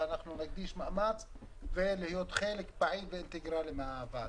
אבל אנחנו נקדיש מאמץ כדי להיות חלק פעיל ואינטגרלי מהוועדה.